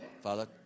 Father